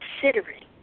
considering